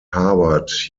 harvard